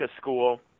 school